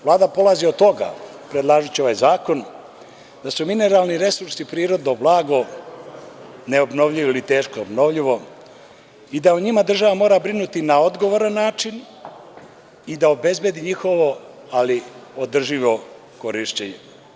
Vlada polazi od toga predlažući ovaj zakon, da su mineralni resursi prirodno blago neobnovljivo ili teško obnovljivo i da o njima država mora brinuti na odgovoran način i da obezbedi njihovo, ali održivo korišćenje.